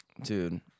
dude